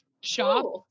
Shop